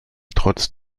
trotz